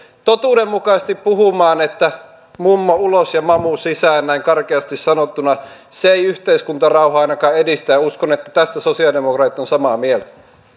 totuudenmukaisesti puhumaan että mummo ulos ja mamu sisään näin karkeasti sanottuna se ei yhteiskuntarauhaa ainakaan edistä ja uskon että tästä sosialidemokraatit ovat samaa mieltä